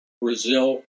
Brazil